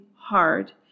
hard